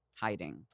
hiding